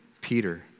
Peter